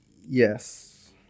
Yes